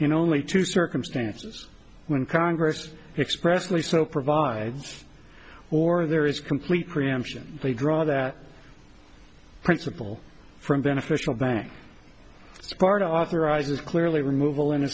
in only two circumstances when congress expressly so provides or there is complete preemption they draw that principle from beneficial bank part authorizes clearly removal